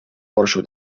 porxo